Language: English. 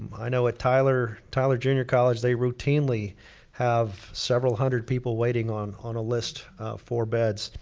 i know, at tyler tyler junior college, they routinely have several hundred people waiting on on a list for beds.